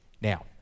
Now